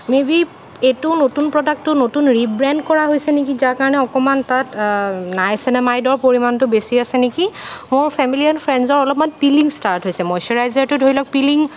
maybe এইটো নতুন প্ৰডাক্টটো নতুন ৰিব্ৰেণ্ড কৰা হৈছে নেকি যাৰ কাৰণে অকণমান তাত নাইচিনামাইডৰ পৰিমাণটো বেছি আছে নেকি মোৰ ফেমিলি এণ্ড ফ্ৰেণ্ডজৰ অলপমান পিলিং ষ্টাৰ্ট হৈছে ময়শ্ৱৰাইজাৰটো ধৰি লওক পিলিং